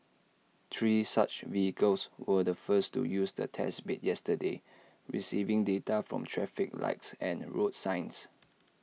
three such vehicles were the first to use the test bed yesterday receiving data from traffic lights and road signs